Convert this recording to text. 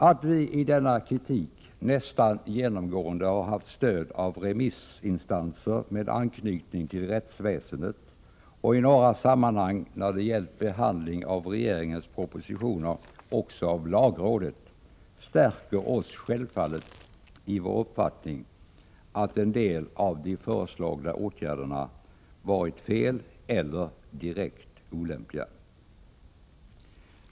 Att vi i denna kritik nästan genomgående har haft stöd av remissinstanser med anknytning till rättsväsendet och i några sammanhang, när det gällt behandlingen av regeringens propositioner, också av lagrådet stärker oss självfallet i vår uppfattning att en del av de föreslagna åtgärderna har varit felaktiga eller direkt olämpliga.